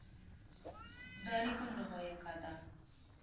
ᱫᱟᱨᱮ ᱠᱩᱧ ᱨᱚᱦᱚᱭ ᱟᱠᱟᱫᱟ